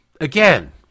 again